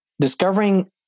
discovering